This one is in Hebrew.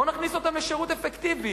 בואו נכניס אותם לשירות אפקטיבי.